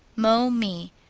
mo me.